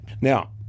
now